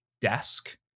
desk